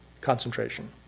concentration